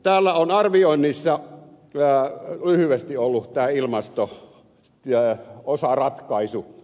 täällä on arvioinnissa lyhyesti ollut tämä ilmasto osaratkaisu